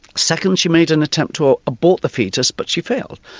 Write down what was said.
second she made an attempt to ah abort the foetus but she failed.